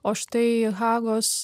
o štai hagos